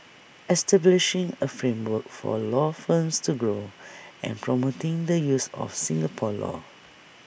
establishing A framework for law firms to grow and promoting the use of Singapore law